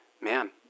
man